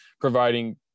providing